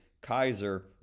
Kaiser